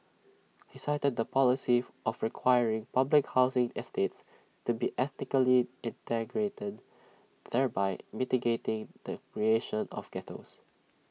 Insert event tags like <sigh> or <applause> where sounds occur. he cited the policy <noise> of requiring public housing estates to be ethnically integrated thereby mitigating the creation of ghettos